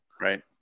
Right